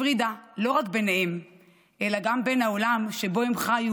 הפרידה לא רק ביניהם אלא גם בין העולם שבו הם חיו